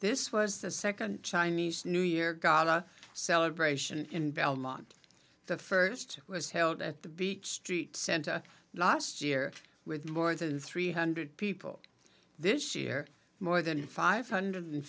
this was the second chinese new year golla celebration in belmont the first was held at the beach street center last year with more than three hundred people this year more than five hundred